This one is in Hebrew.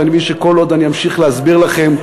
אבל אני מבין שכל עוד אני אמשיך להסביר לכם,